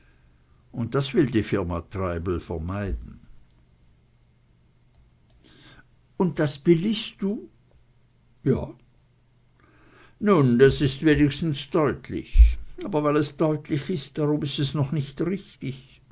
und das will die firma treibel vermeiden und das billigst du ja nun das ist wenigstens deutlich aber weil es deutlich ist darum ist es noch nicht richtig